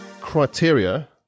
criteria